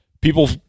people